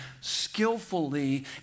skillfully